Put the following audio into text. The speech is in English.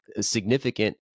significant